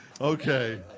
Okay